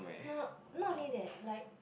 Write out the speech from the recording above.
no not only that like